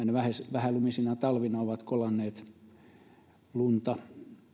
vähälumisina talvina ovat kolanneet lunta